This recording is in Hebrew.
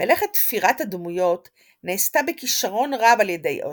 מלאכת תפירת הדמויות נעשתה בכישרון רב על ידי אוסטן,